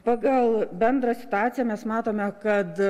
pagal bendrą situaciją mes matome kad